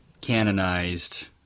canonized